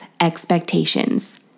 expectations